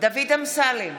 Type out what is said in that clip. דוד אמסלם,